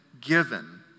given